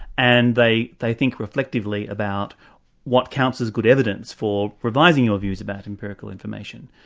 and they they think reflectively about what counts as good evidence for revising your views about empirical information.